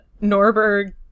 Norberg